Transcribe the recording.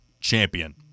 champion